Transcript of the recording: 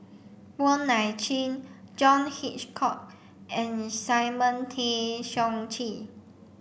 Wong Nai Chin John Hitchcock and Simon Tay Seong Chee